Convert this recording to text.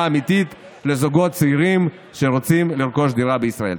האמיתית לזוגות צעירים שרוצים לרכוש דירה בישראל.